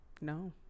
no